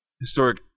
historic